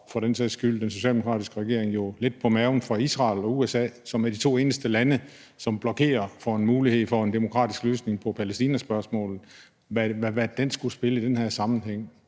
for den sags skyld den socialdemokratiske regering jo lidt på maven for Israel og USA, som er de to eneste lande, som blokerer for en mulighed for at en demokratisk løsning på Palæstinaspørgsmålet. Hvad skulle den til for i den her sammenhæng?